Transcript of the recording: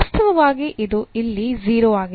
ವಾಸ್ತವವಾಗಿ ಇದು ಇಲ್ಲಿ 0 ಆಗಿದೆ